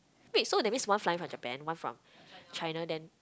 wait so that means one flying from Japan one from China then